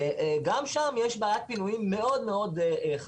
גם שם יש בעיית פינויים מאוד חזקה,